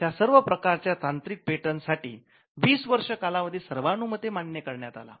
त्यात सर्व प्रकारच्या तांत्रिक पेटंट साठी वीस वर्ष कालावधी सर्वानुमते मान्य करण्यात आला